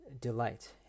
delight